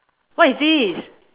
what is this